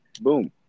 Boom